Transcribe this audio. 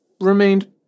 remained